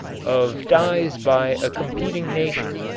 of dyes by a competing nation,